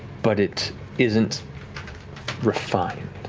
but it isn't refined.